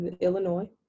Illinois